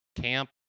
camp